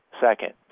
Second